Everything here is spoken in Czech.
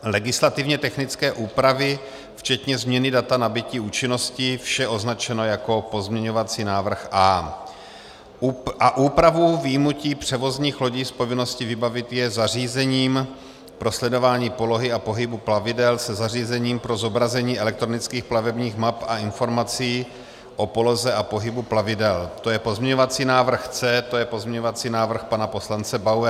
legislativně technické úpravy včetně změny data nabytí účinnosti vše označeno jako pozměňovací návrh A a úpravu vyjmutí převozních lodí z povinnosti vybavit je zařízením pro sledování polohy a pohybu plavidel se zařízením pro zobrazení elektronických plavebních map a informací o poloze a pohybu plavidel to je pozměňovací návrh C, pozměňovací návrh pana poslance Bauera.